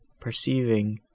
perceiving